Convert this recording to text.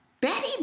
Betty